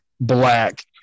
Black